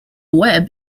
webb